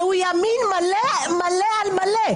והוא ימין מלא על מלא.